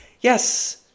Yes